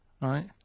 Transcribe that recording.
right